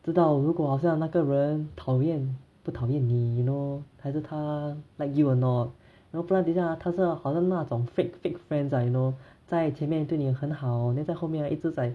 知道如果好像那个人讨厌不讨厌你 you know 还是他 like you or not you know 不然等下啊他是好像那种 fake fake friends ah you know 在前面对你很好 then 在后面一直在